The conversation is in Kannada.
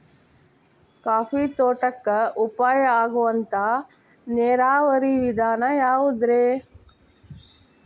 ಕಾಫಿ ತೋಟಕ್ಕ ಉಪಾಯ ಆಗುವಂತ ನೇರಾವರಿ ವಿಧಾನ ಯಾವುದ್ರೇ?